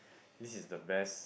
this is the best